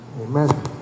Amen